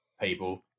people